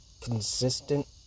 Consistent